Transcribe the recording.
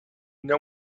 know